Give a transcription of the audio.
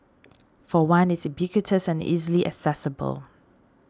for one it's ubiquitous and easily accessible